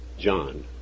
John